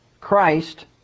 Christ